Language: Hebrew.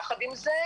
יחד עם זה,